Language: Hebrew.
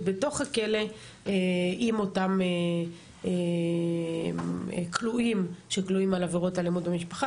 בתוך הכלא עם אותם כלואים שכלואים על עבירות אלימות במשפחה,